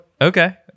Okay